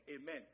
amen